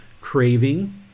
craving